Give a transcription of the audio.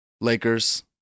Lakers